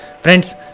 friends